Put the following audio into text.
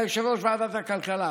אתה יושב-ראש ועדת הכלכלה,